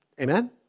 Amen